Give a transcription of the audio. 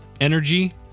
energy